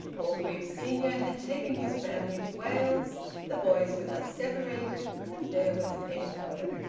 orgreave senior had taken his family to wales the boys were thus separated, and there was an end of it.